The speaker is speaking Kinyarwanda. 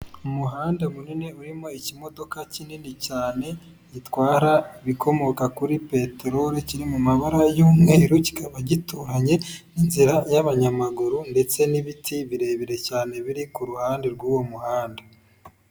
Umuhanda munini urimo ikimodoka kinini cyane gitwara ibikomoka kuri peterori kiri mu mabara y'umweru, kikaba gituranye n'inzira y'abanyamaguru ndetse n'ibiti birebire cyane biri ku ruhande rw'uwo muhanda.